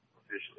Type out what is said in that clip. officially